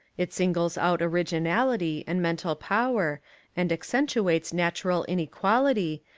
it singles out originality and mental power and accentuates natural inequality,